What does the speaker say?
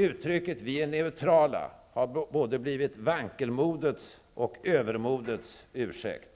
Uttrycket ''Vi är neutrala'' har både blivit vankelmodets och övermodets ursäkt.